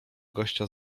gościa